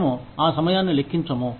మేము ఆ సమయాన్ని లెక్కించము